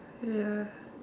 ya